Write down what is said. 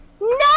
No